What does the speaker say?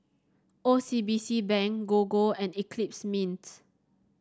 O C B C Bank Gogo and Eclipse Mints